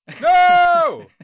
No